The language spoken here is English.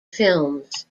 films